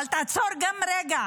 אבל גם תעצור רגע,